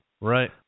Right